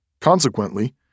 Consequently